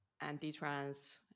anti-trans